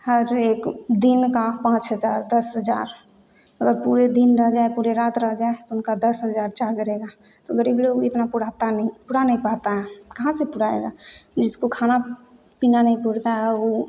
हर एक दिन का पाँच हजार दस हजार अगर पूरे दिन रह जाए पूरे रात रह जाए तो उनका दस हजार चार्ज रहेगा तो गरीब लोग इतना नहीं है नहीं पाता है कहाँ से जिसको खाना पीना नहीं है वो